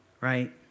right